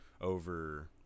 over